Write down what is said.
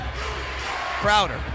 Crowder